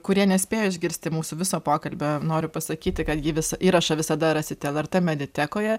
kurie nespėjo išgirsti mūsų viso pokalbio noriu pasakyti kad jį visą įrašą visada rasite lrt mediatekoje